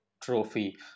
Trophy